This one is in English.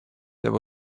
there